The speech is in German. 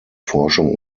forschung